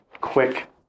quick